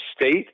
State